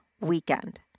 weekend